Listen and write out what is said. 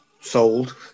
sold